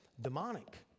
demonic